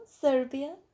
serbia